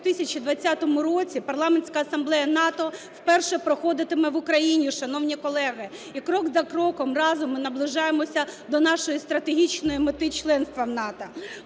в 2020 році Парламентська асамблея НАТО вперше проходитиме в Україні, шановні колеги. І крок за кроком разом ми наближаємося до нашої стратегічної мети - членства в НАТО.